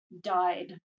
died